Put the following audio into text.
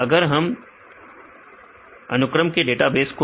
अगर हम रोटी अनुक्रम के डेटाबेस को ले